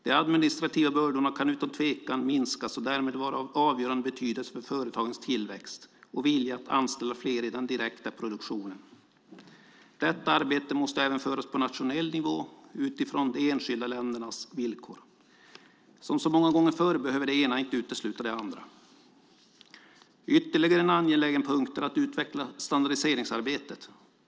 De administrativa bördorna kan utan tvekan minskas och därmed vara av avgörande betydelse för företagens tillväxt och vilja att anställa fler i den direkta produktionen. Detta arbete måste även föras på nationell nivå utifrån de enskilda ländernas villkor. Som så många gånger förr behöver det ena inte utesluta det andra. Ytterligare en angelägen punkt är att utveckla standardiseringsarbetet.